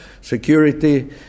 security